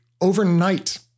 overnight